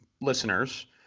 listeners –